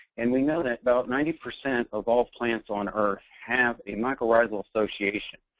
and we know that about ninety percent of all plants on earth have a mycorrhizal association.